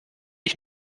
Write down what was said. ich